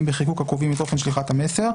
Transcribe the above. בחיקוק הקובעים את אופן שליחת המסר'.